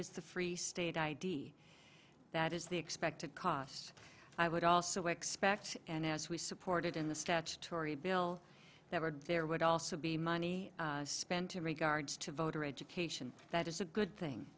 is the free state id that is the expected cost i would also expect and as we supported in the statutory bill that were there would also be money spent in regards to voter education that is a good thing